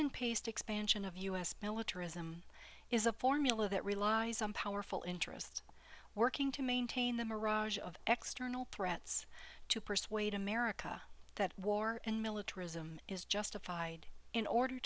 and paste expansion of us militarism is a formula that relies on powerful interests working to maintain the mirage of extra nl threats to persuade america that war and militarism is justified in order